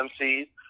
MCs